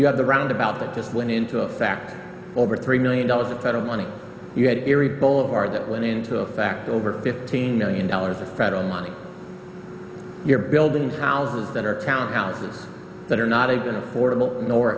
you have the roundabout that just went into effect over three million dollars of federal money you had erie both of our that went into effect over fifteen million dollars of federal money you're building houses that are town houses that are not even affordable nor